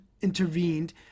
intervened